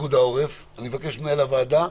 מפיקוד העורף, אני מבקש ממנהל הוועדה.